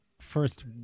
first